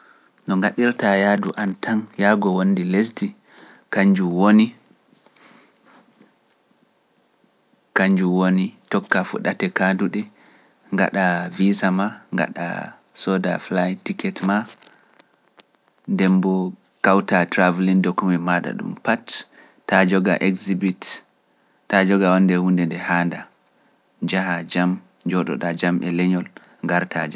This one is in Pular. No ngaɗirtaa yaadu an tan, yaago wondi lesdi, kañju woni, tokkaa fu ɗate kaanduɗe, ngaɗa visa maa, soda, flight tiket maa, ndemboo kawtaa traveling dokumet maa ɗum pat, taa joga exhibit, taa joga wonde hunde nde haanda, njaha jam, njooɗo ɗaa jam e leñol, ngarta jam.